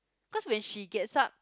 cause when she gets up